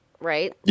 Right